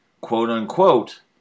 quote-unquote